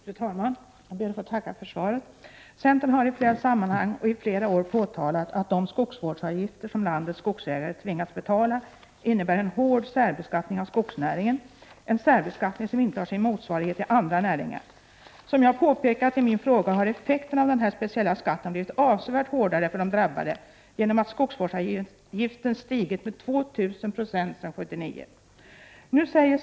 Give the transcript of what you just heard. Fru talman! Jag ber att få tacka för svaret. Centern har i flera sammanhang och i flera år påtalat att de skogsvårdsavgifter som landets skogsägare tvingas betala innebär en hård särbeskattning av skogsnäringen, en särbeskattning som inte har sin motsvarighet i andra näringar. Som jag påpekat i min fråga har effekten av denna speciella skatt blivit avsevärt hårdare för de drabbade, genom att skogsvårdsavgiften stigit med 2 000 26 sedan 1979.